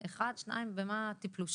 אחד, שתיים, במה טיפלו שם?